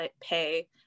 pay